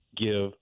give